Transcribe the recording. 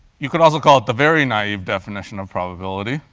you could also call it the very naive definition of probability.